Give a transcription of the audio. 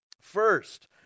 First